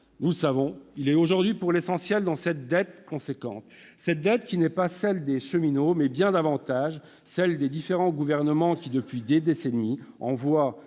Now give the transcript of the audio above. nous le savons, il réside aujourd'hui pour l'essentiel dans cette dette considérable, cette dette qui n'est pas celle des cheminots, mais bien davantage celle des différents gouvernements, qui, depuis des décennies, envoient